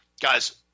Guys